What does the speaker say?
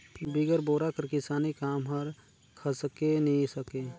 बिगर बोरा कर किसानी काम हर खसके नी सके